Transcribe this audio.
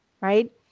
right